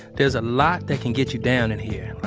there's a lot that can get you down in here,